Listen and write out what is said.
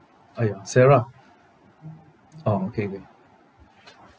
!aiya! sarah orh okay wait